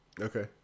Okay